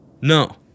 No